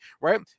right